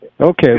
okay